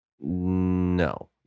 No